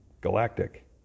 galactic